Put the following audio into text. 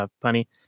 funny